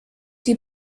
die